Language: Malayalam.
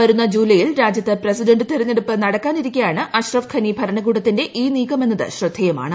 വരുന്ന ജൂലൈയിൽ രാജ്യത്ത് പ്രസിഡന്റ് തെരഞ്ഞെടുപ്പ് നടക്കാനിരിക്കെയാണ് അഷ്ട്റഫ് ഘനി ഭരണകൂടത്തിന്റെ ഈ നീക്കമെന്നത് ശ്രദ്ധ്യേയമാണ്